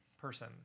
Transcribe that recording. person